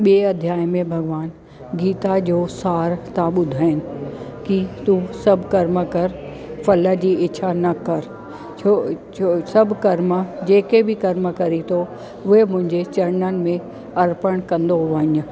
ॿिए अध्याय में भॻिवानु गीता जो सार था ॿुधाइनि कि तू सभु कर्म कर फल जी इच्छा न कर छो जो सभु कर्म जेके बि कर्म करे थो उहे मुंजे चरननि में अर्पणु कंदो वञु